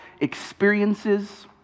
experiences